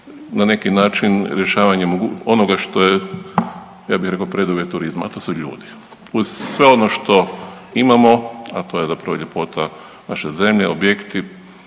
na neki način rješavanje onoga što je, ja bih rekao preduvjet turizma, a to su ljudi. Uz sve ono što imamo, a to je zapravo ljepota naše zemlje, objekti,